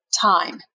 time